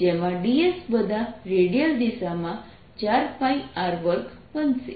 જેમાં ds બધા radial દિશામાં 4πr2 બનશે